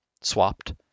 swapped